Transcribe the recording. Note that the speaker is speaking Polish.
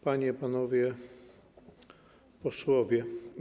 Panie i Panowie Posłowie!